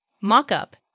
mock-up